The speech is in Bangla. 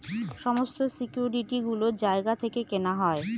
সমস্ত সিকিউরিটি গুলো জায়গা থেকে কেনা হয়